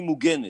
היא מוגנת.